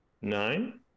nine